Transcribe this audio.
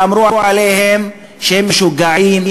ואמרו עליהם שהם משוגעים,